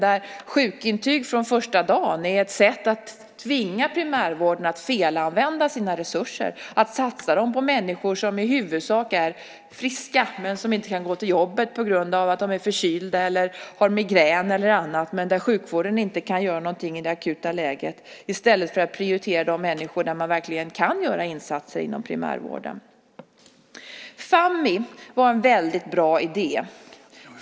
Där blir sjukintyget från första dagen ett sätt att tvinga primärvården att felanvända sina resurser - att satsa dem på människor som i huvudsak är friska men som inte kan gå till jobbet på grund av att de är förkylda eller har migrän eller annat men där sjukvården inte kan göra något i det akuta läget - i stället för att prioritera de människor som man verkligen kan göra insatser för inom primärvården. Fammi var en väldigt bra idé.